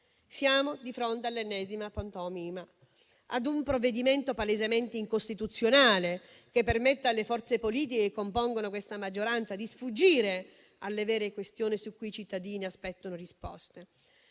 siamo di fronte all'ennesima pantomima, a un provvedimento palesemente incostituzionale, che permette alle forze politiche che compongono la maggioranza di sfuggire alle vere questioni su cui i cittadini aspettano risposte.